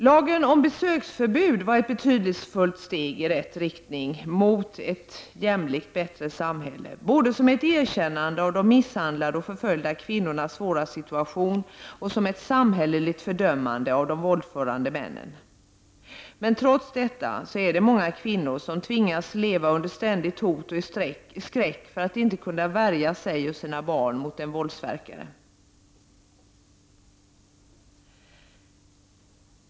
Lagen om besöksförbud var ett betydelsefullt steg i rätt riktning mot ett jämlikt och bättre samhälle, både som ett erkännande av de misshandlade och förföljda kvinnornas svåra situation och som ett samhälleligt fördömande av de våldförande männen. Trots detta är det många kvinnor som tvingas leva under ständigt hot och i skräck, därför att de inte kan värja sig och sina barn mot en våldsverkare.